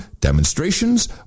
demonstrations